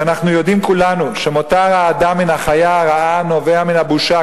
כי אנחנו יודעים כולנו שמותר האדם מן החיה הרעה נובע מן הבושה,